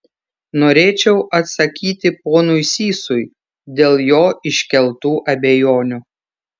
norėčiau atsakyti ponui sysui dėl jo iškeltų abejonių